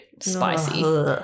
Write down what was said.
spicy